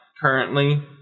currently